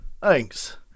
thanks